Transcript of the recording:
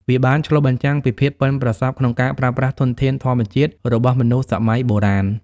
វាបានឆ្លុះបញ្ចាំងពីភាពប៉ិនប្រសប់ក្នុងការប្រើប្រាស់ធនធានធម្មជាតិរបស់មនុស្សសម័យបុរាណ។